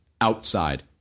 outside